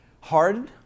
Hard